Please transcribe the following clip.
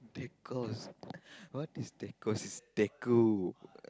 what is is